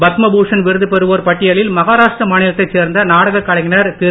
பத்மவிபூஷன் விருது பெறுவோர் பட்டியலில் மஹாராஷ்டிர மாநிலத்தைச் சேர்ந்த நாடகக் கலைஞர் திரு